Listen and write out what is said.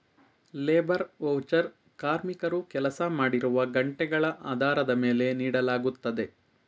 labour voucher ಕಾರ್ಮಿಕರು ಕೆಲಸ ಮಾಡಿರುವ ಗಂಟೆಗಳ ಆಧಾರದ ಮೇಲೆ ನೀಡಲಾಗುತ್ತದೆ